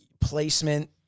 placement